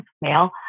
male